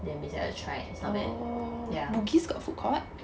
then we decided to try it's not bad ya